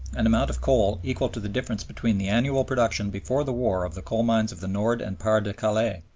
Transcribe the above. an amount of coal equal to the difference between the annual production before the war of the coal-mines of the nord and pas de calais,